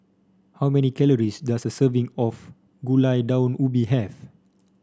how many calories does a serving of Gulai Daun Ubi have